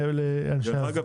לגמרי.